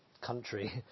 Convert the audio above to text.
country